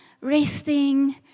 resting